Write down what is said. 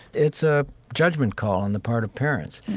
it's a judgment call on the part of parents.